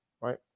right